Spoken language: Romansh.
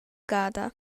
gada